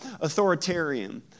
Authoritarian